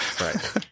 right